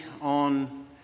on